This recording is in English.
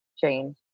change